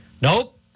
Nope